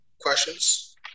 questions